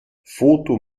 foto